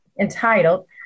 entitled